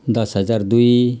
दस हजार दुई